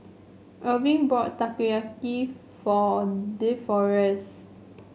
Irving bought Takoyaki for Deforest